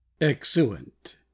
Excellent